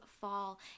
fall